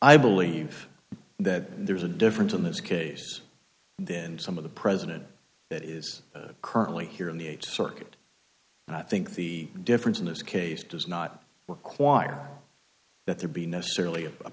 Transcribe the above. i believe that there is a difference in this case then some of the president that is currently here in the eighth circuit and i think the difference in this case does not require that there be necessarily a